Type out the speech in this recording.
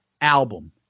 Album